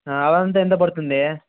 ఆ అది ఎంతెంత పడుతుంది